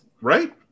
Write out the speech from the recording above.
Right